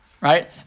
right